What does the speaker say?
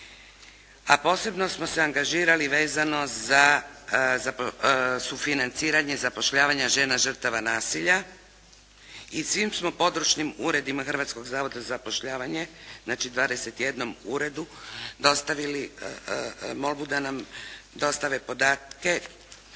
A posebno smo se angažirali vezano za sufinanciranje i zapošljavanje žena žrtava nasilja. I svim smo područnim uredima Hrvatskog zavoda za zapošljavanje, znači 21 uredu dostavili molbu da nam dostave podatke